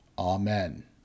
Amen